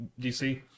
DC